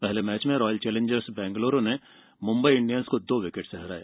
पहले मैच में Royal Challengers Bangalore ने मुम्बई इंडियन्स को दो विकेट से हराया